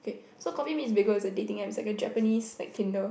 so coffee meets bagel is a dating App is like a Japanese like tinder